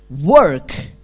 work